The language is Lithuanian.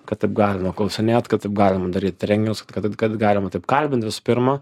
kad taip galima klausinėt kad taip galima daryt renginius kad galima taip kalbint visų pirma